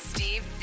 Steve